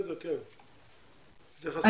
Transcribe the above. כן, תתייחסי.